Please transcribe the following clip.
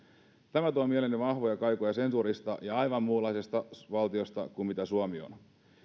tämä tuo mieleeni vahvoja kaikuja sensuurista ja aivan muunlaisista valtioista kuin suomi on